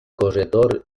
corredor